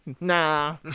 Nah